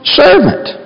servant